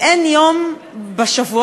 אין יום בשבועות,